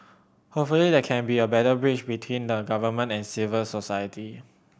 hopefully there can be a better bridge between the Government and civil society